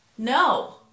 No